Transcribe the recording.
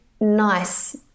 nice